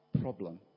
problem